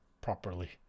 properly